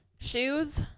shoes